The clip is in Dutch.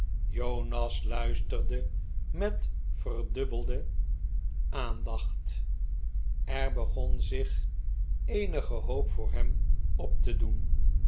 jonas luisterde met verdubbelde aan m maarten chuzzlewit dacht er begon zich eenige hoop voor hem op te doen